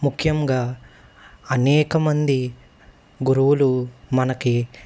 ముఖ్యంగా అనేకమంది గురువులు మనకి